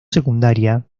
secundaria